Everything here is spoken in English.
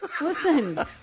Listen